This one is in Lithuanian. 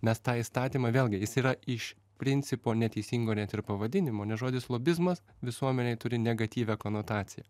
nes tą įstatymą vėlgi jis yra iš principo neteisingo net ir pavadinimo nes žodis lobizmas visuomenėj turi negatyvią konotaciją